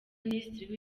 minisitiri